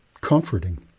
comforting